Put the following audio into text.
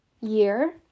year